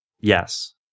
Yes